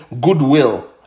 goodwill